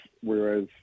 Whereas